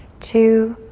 two,